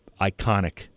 iconic